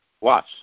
watch